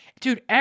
Dude